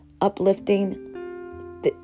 uplifting